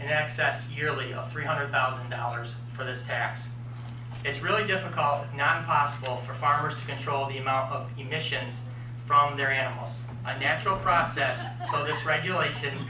excess yearly of three hundred thousand dollars for this tax it's really difficult if not impossible for farmers to control the amount of emissions from their animals a natural process for this regulation